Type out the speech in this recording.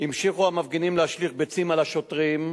המשיכו המפגינים להשליך ביצים על השוטרים,